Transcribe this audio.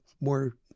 more